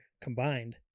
combined